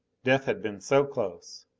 death had been so close!